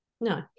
No